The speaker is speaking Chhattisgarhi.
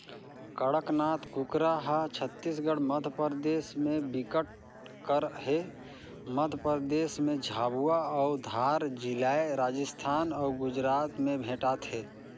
कड़कनाथ कुकरा हर छत्तीसगढ़, मध्यपरदेस में बिकट कर हे, मध्य परदेस में झाबुआ अउ धार जिलाए राजस्थान अउ गुजरात में भेंटाथे